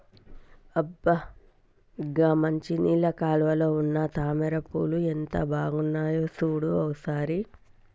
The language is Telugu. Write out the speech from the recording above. అబ్బ గా మంచినీళ్ళ కాలువలో ఉన్న తామర పూలు ఎంత బాగున్నాయో సూడు ఓ సారి